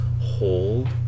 Hold